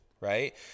Right